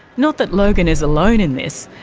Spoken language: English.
not that logan is alone in this.